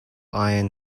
iron